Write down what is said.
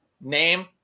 Name